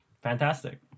Fantastic